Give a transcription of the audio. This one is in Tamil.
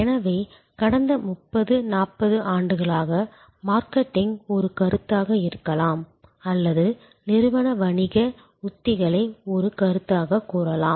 எனவே கடந்த 30 40 ஆண்டுகளாக மார்க்கெட்டிங் ஒரு கருத்தாக இருக்கலாம் அல்லது நிறுவன வணிக உத்திகளை ஒரு கருத்தாகக் கூறலாம்